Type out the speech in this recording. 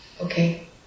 Okay